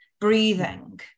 Breathing